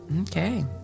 Okay